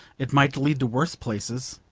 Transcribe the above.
it might lead to worse places.